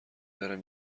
برم